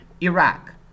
Iraq